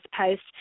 post